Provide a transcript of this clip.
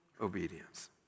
obedience